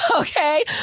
Okay